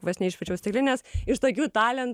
vos neišmečiau stiklinės iš tokių talentų